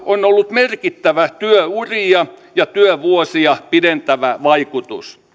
on ollut merkittävä työuria ja työvuosia pidentävä